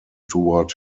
toward